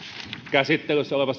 käsittelyssä oleva